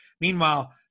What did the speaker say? Meanwhile